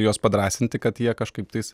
juos padrąsinti kad jie kažkaip tais